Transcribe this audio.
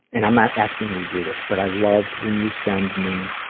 and i'm not asking you to do this, but i love when you send me